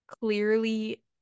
clearly